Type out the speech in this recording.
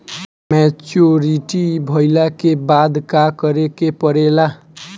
Maturity भईला के बाद का करे के पड़ेला?